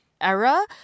era